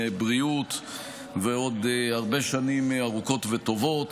בריאות ועוד הרבה שנים ארוכות וטובות.